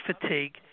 fatigue